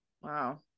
Wow